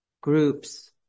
groups